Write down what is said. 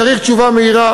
צריך תשובה מהירה,